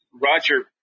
Roger